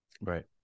Right